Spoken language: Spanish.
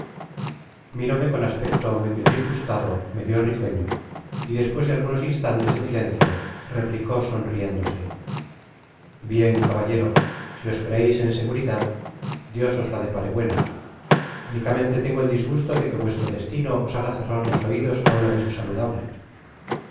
miróme con aspecto medio disgustado medio risueño y después de algunos instantes de silencio replicó sonriéndose bien caballero si os creeis en seguridad dios es la depare buena unicamente tengo el disgusto de que vuestro destino os haga cerrar los oidos ó un aviso saludable